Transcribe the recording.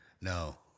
No